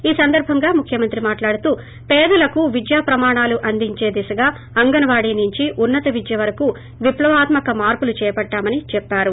ఈ సందర్బంగా ముఖ్యమంత్రి మాట్లాడుతూ పేదలోకు విద్యాప్రమాణాలు అందించే దీశగా అంగన్వాడి నుంచి ఉన్న తవిద్య వరకు విప్లవాత్మక మార్పులు చేపట్లామని చెప్పారు